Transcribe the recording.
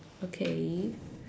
okay